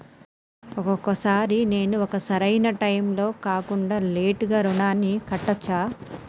ఒక్కొక సారి నేను ఒక సరైనా టైంలో కాకుండా లేటుగా రుణాన్ని కట్టచ్చా?